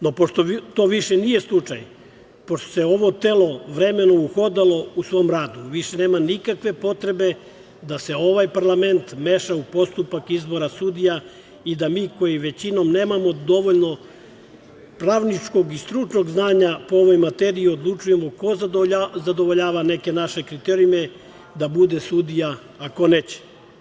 No, pošto to više nije slučaj, pošto se ovo telo vremenom uhodalo u svom radu, više nema nikakve potrebe da se ovaj parlament meša u postupak izbora sudija i da mi koji većinom nemamo dovoljno pravničkog i stručnog znanja iz ove materije odlučujemo ko zadovoljava neke naše kriterijume da bude sudija, a ko ne.